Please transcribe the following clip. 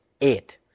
eight